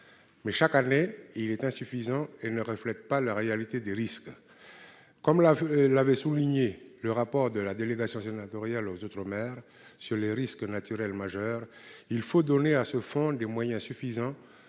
mais, chaque année, il est insuffisant et ne reflète pas la réalité des risques. Comme l'avait souligné le rapport de la délégation sénatoriale aux outre-mer sur les risques naturels majeurs, il faut donner à ce fonds des moyens suffisants